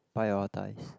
prioritise